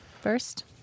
first